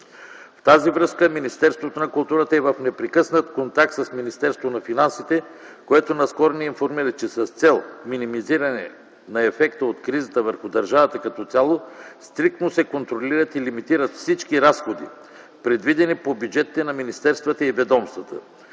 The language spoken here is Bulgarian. В тази връзка Министерството на културата е в непрекъснат контакт с Министерството на финансите, което наскоро ни информира, че с цел минимизиране на ефекта от кризата върху държавата като цяло стриктно се контролират и лимитират всички разходи, предвидени по бюджетите на министерствата и ведомствата,